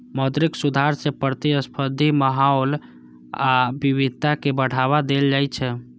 मौद्रिक सुधार सं प्रतिस्पर्धी माहौल आ विविधता कें बढ़ावा देल जाइ छै